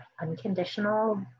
unconditional